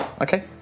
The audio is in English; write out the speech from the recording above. Okay